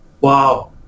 Wow